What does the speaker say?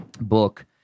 book